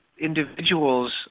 individuals